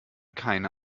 keine